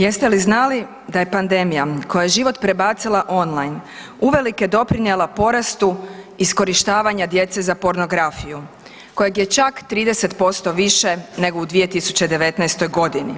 Jeste li znali da je pandemija, koja je život prebacila online uvelike doprinijela porastu iskorištavanja djece za pornografiju kojeg je čak 30% više nego u 2019. g.